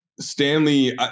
Stanley